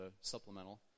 supplemental